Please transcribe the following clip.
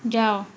ଯାଅ